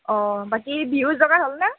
অঁ বাকী বিহুৰ যোগাৰ হ'ল নে